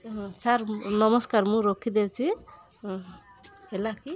ହଁ ସାର୍ ନମସ୍କାର ମୁଁ ରଖିଦେଉଛି ହଁ ହେଲା କି